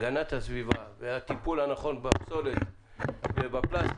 הגנת הסביבה והטיפול הנכון בפסולת ובפלסטיק